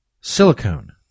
silicone